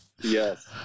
Yes